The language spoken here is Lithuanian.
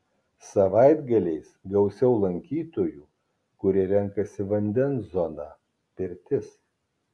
savaitgaliais gausiau lankytojų kurie renkasi vandens zoną pirtis